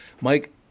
Mike